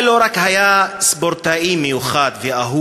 קליי לא היה רק ספורטאי מיוחד ואהוב,